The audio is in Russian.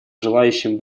желающим